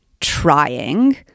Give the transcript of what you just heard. trying